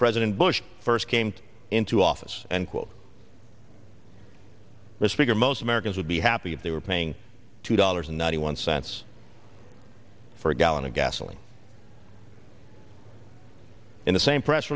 president bush first came into office and quote this figure most americans would be happy if they were paying two dollars ninety one cents for a gallon of gasoline in the same press